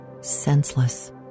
senseless